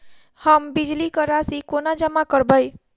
हम बिजली कऽ राशि कोना जमा करबै?